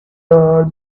are